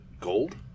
gold